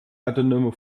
autonome